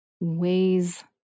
ways